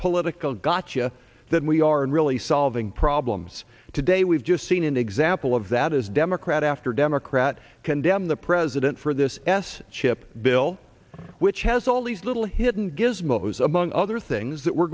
political gotcha than we are in really solving problems today we've just seen an example of that as democrat after democrat condemn the president for this s chip bill which has all these little hidden gizmos among other things that we're